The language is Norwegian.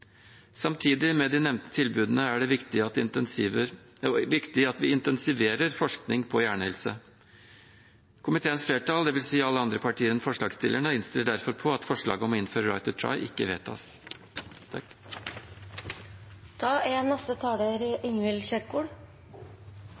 Samtidig, med de nevnte tilbudene, er det viktig at vi intensiverer forskning på hjernehelse. Komiteens flertall, dvs. alle andre partier enn forslagsstillerne, innstiller derfor på at forslaget om å innføre «right to try» ikke vedtas. Sykdommer som ALS og demens er